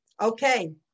Okay